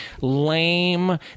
lame